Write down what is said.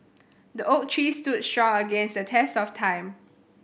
the oak tree stood strong against the test of time